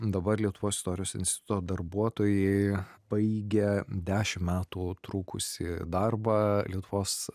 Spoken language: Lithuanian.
dabar lietuvos istorijos instituto darbuotojai baigę dešim metų trukusį darbą lietuvos